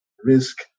risk